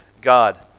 God